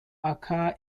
occur